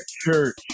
church